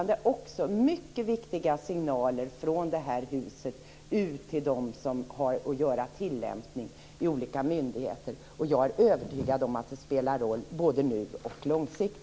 De är också mycket viktiga signaler från det här huset till dem som har att tillämpa dem, t.ex. olika myndigheter. Jag är övertygad om att de spelar en roll både nu och på lång sikt.